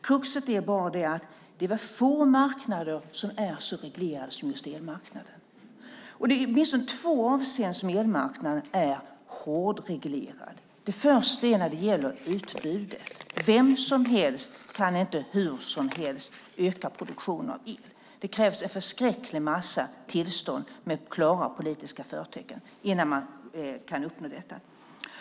Kruxet är bara att det väl är få marknader som är så reglerade som just elmarknaden. I åtminstone två avseenden är elmarknaden hårdreglerad. För det första gäller det utbudet. Vem som helst kan inte hur som helst öka produktionen av el, utan det krävs en förskräcklig massa tillstånd med klara politiska förtecken innan detta kan uppnås.